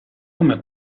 come